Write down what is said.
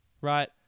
right